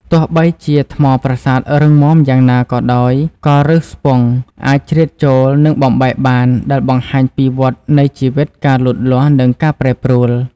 ទោះបីជាថ្មប្រាសាទរឹងមាំយ៉ាងណាក៏ដោយ ក៏ឫសស្ពង់អាចជ្រៀតចូល និងបំបែកបាន ដែលបង្ហាញពី វដ្តនៃជីវិត ការលូតលាស់ និងការប្រែប្រួល។។